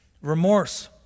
Remorse